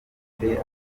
maremare